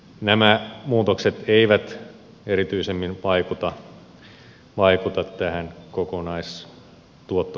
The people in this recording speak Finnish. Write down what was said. nämä muutokset eivät erityisemmin vaikuta tähän kokonaistuottokertymään